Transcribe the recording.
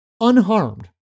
unharmed